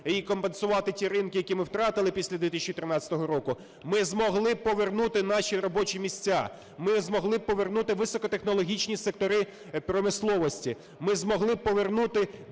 і компенсувати ті ринки, які ми втратили після 2013 року, ми б змогли повернути наші робочі місця, ми змогли б повернути високотехнологічні сектори промисловості, ми б змогли повернути